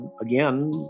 again